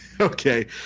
Okay